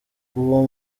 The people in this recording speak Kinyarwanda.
uwo